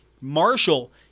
Marshall